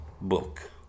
book